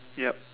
yup